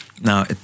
Now